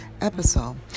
episode